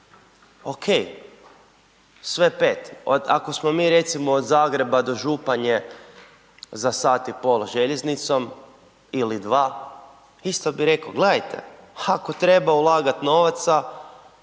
OK sve pet. Ako smo mi recimo od Zagreba do Županje za 1,5 sat željeznicom ili 2 isto bi reko gledajte ako treba ulagat novaca